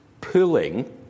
pulling